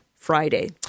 Friday